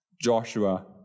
Joshua